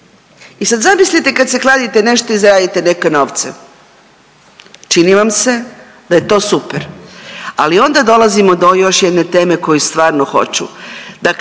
I sad zamislite kad se kladite nešto i zaradit neke novce. Čini vam se da je to super, ali onda dolazimo do još jedne teme koju stvarno hoću.